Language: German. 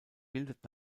bildet